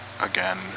again